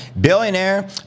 billionaire